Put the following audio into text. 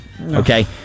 Okay